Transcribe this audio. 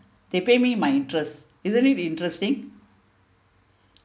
they pay me my interest isn't it interesting